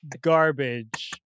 garbage